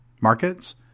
markets